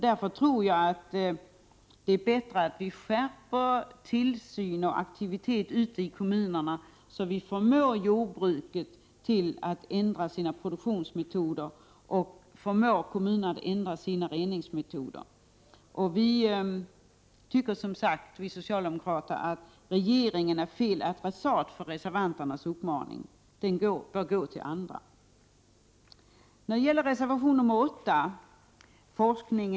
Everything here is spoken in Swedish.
Därför tror jag att det är bättre att vi skärper tillsyn och aktivitet ute i kommunerna, så att vi förmår jordbruket att ändra sina produktionsmetoder och förmår kommunerna att ändra sina reningsmetoder. Vi socialdemokrater tycker att regeringen är fel adressat för en uppmaning i det här avseendet. Uppmaningen bör riktas åt annat håll. alternativ odling.